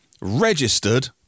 registered